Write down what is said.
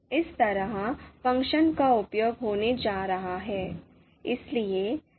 इस तरह फंक्शन का उपयोग होने जा रहा है